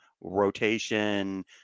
Rotation